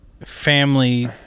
family